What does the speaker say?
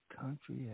Country